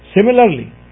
Similarly